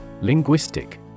Linguistic